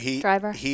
driver